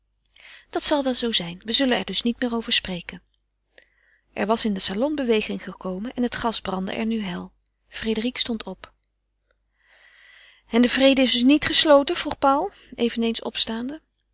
dat zal wel zoo zijn we zullen er dus niet meer over spreken er was in den salon beweging gekomen en het gas brandde er nu hel frédérique stond op en de vrede is dus niet gesloten vroeg paul eveneens opstaande